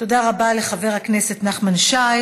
תודה רבה לחבר הכנסת נחמן שי.